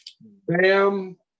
bam